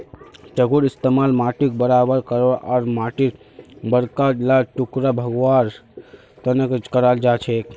चंघूर इस्तमाल माटीक बराबर करवा आर माटीर बड़का ला टुकड़ा भंगवार तने कराल जाछेक